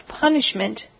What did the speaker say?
punishment